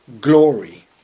glory